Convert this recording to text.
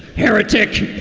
heretic